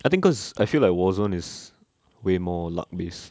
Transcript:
I think cause I feel like warzone is way more luck based